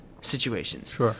situations